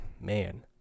man